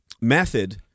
method